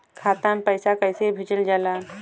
खाता में पैसा कैसे भेजल जाला?